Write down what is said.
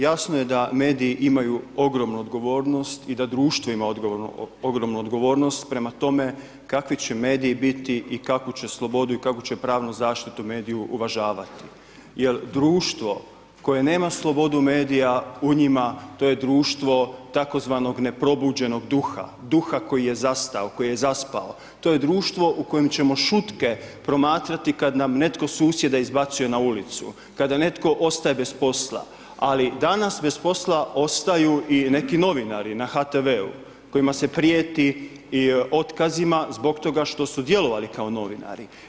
Jasno je da mediji imaju ogromnu odgovornost i da društvo ima ogromnu odgovornost prema tome kakvi će mediji biti i kakvu će slobodu i kakvu će pravnu zaštitu mediji uvažavati jer društvo koje nema slobodu medija u njima, to je društvo tzv. neprobuđenog duha, duha koji je zastao, koji je zaspao, to je društvo u kojem ćemo šutke promatrati kad nam netko susjeda izbacuje na ulicu, kada netko ostaje bez posla ali danas bez posla ostaju i neki novinari na HTV-u kojima se prijeti otkazima zbog toga što su djelovali kao novinari.